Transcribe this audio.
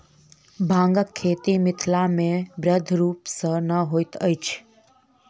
बांगक खेती मिथिलामे बृहद रूप सॅ नै होइत अछि